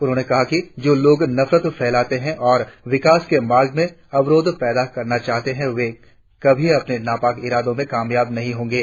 उन्होंने कहा कि जो लोग नफरत फैलाते हैं और विकास के मार्ग में अवरोध पैदा करना चाहते है वे कभी अपने नापाक इरादों में कामयाब नहीं होंगे